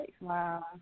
Wow